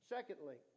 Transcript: Secondly